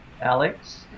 Alex